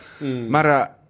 Mara